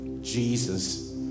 Jesus